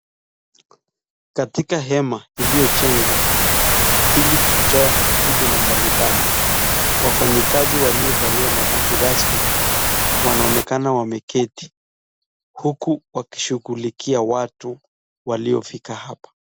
Katika hema iliyojengwa ili kutoa huduma mbali mbali wafanyakazi waliovalia mavazi rasmi wanaonekana wameketi huku wakishughulikia watu waliofika hapa.